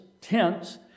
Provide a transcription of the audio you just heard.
tents